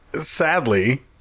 sadly